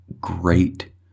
great